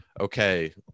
okay